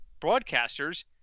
broadcasters